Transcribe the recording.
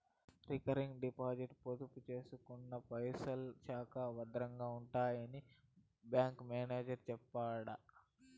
recurring డిపాజిట్ల పొదుపు సేసుకున్న పైసల్ శానా బద్రంగా ఉంటాయని బ్యాంకు మేనేజరు సెప్పినాడు